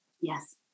Yes